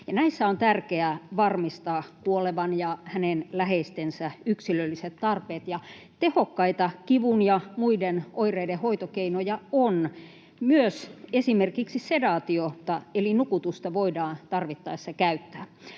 näissä on tärkeää varmistaa kuolevan ja hänen läheistensä yksilölliset tarpeet. Tehokkaita kivun ja muiden oireiden hoitokeinoja on, myös esimerkiksi sedaatiota eli nukutusta voidaan tarvittaessa käyttää.